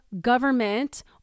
government